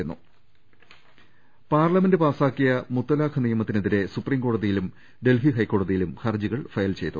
ദർവ്വെടെ ഒര പാർലമെന്റ് പാസ്സാക്കിയ മുത്തലാഖ് നിയമത്തിനെതിരെ സുപ്രീംകോ ടതിയിലും ഡൽഹി ഹൈക്കോടതിയിലും ഹർജികൾ ഫയൽ ചെയ്തു